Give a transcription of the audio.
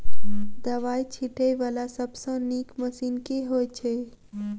दवाई छीटै वला सबसँ नीक मशीन केँ होइ छै?